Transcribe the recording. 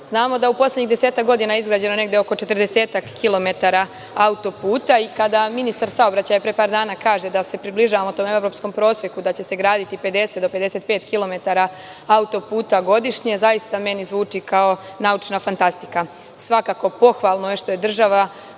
da je u poslednjih desetak godina izgrađeno negde oko četrdesetak kilometara autoputa i kada ministar saobraćaja pre par dana kaže da se približavamo tom evropskom proseku, da će se graditi 50 do 55 kilometara autoputa godišnje, zaista meni zvuči kao naučna fantastika. Svakako, pohvalno je što se država